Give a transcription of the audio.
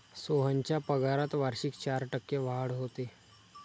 सोहनच्या पगारात वार्षिक चार टक्के वाढ होते